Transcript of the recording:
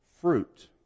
fruit